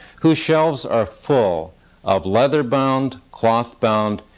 whose shelves are full of leather-bound, clothbound,